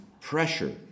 pressure